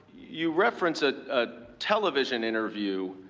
your reference a ah television interview,